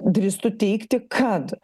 drįstu teigti kad